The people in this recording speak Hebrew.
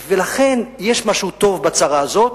ולכן, יש משהו טוב בצרה הזאת.